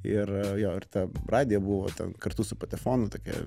ir jo ir ten radija buvo ten kartu su patefonu tokia